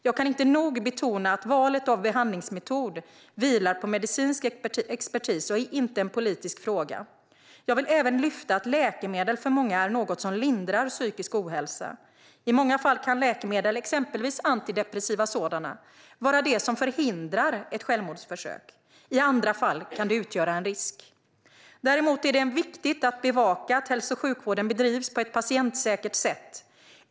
Jag kan inte nog betona att valet av behandlingsmetod vilar på medicinsk expertis och inte är en politisk fråga. Jag vill även lyfta fram att läkemedel för många är något som lindrar psykisk ohälsa. I många fall kan läkemedel, exempelvis antidepressiva sådana, vara det som förhindrar ett självmordsförsök. I andra fall kan det utgöra en risk. Däremot är det viktigt att bevaka att hälso och sjukvården bedrivs på ett patientsäkert sätt.